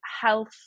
health